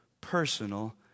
personal